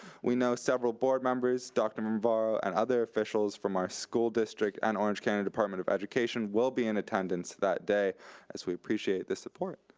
we know several board members, dr. navarro and other officials from our school district and orange county department of education will be in attendance that day as we appreciate the support.